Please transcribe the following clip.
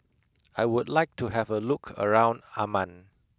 I would like to have a look around Amman